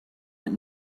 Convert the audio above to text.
that